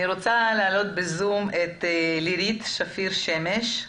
אני רוצה להעלות בזום את לירית שפיר שמש,